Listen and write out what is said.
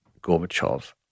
Gorbachev